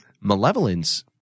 malevolence